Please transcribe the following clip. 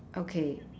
okay